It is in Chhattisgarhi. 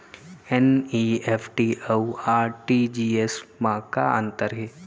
एन.ई.एफ.टी अऊ आर.टी.जी.एस मा का अंतर हे?